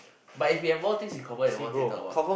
but if we have more things we confirm have more things to talk about